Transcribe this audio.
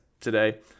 today